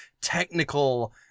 technical